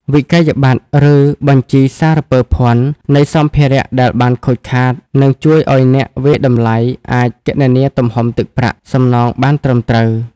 វិក្កយបត្រ ឬបញ្ជីសារពើភណ្ឌ នៃសម្ភារៈដែលបានខូចខាត នឹងជួយឱ្យអ្នកវាយតម្លៃអាចគណនាទំហំទឹកប្រាក់សំណងបានត្រឹមត្រូវ។